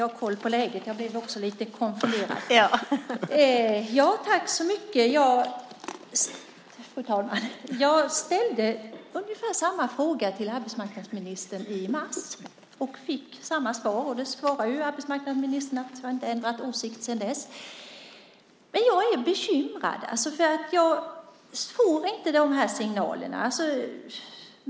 Fru talman! Jag ställde ungefär samma fråga till arbetsmarknadsministern i mars och fick samma svar. Arbetsmarknadsministern svarar ju också att han inte har ändrat åsikt sedan dess. Jag är bekymrad, för jag får inte de här signalerna.